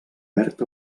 verd